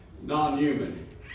non-human